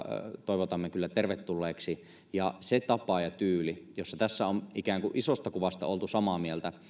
toivotamme kyllä tervetulleiksi se tapa ja tyyli jolla tässä on ikään kuin isosta kuvasta oltu samaa mieltä